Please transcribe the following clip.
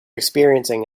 experiencing